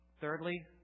Thirdly